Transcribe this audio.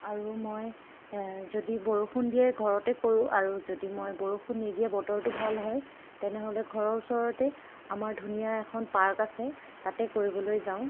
আৰু মই যদি বৰষুণ দিয়ে ঘৰতে কৰোঁ আৰু যদি মই বৰষুণ নিদিয়ে বতৰটো ভাল হয় তেনেহ'লে ঘৰৰ ওচৰতে আমাৰ ধুনীয়া এখন পাৰ্ক আছে তাতে কৰিবলৈ যাওঁ